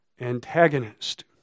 antagonist